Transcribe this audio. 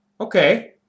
okay